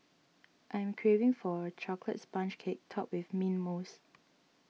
I am craving for a Chocolate Sponge Cake Topped with Mint Mousse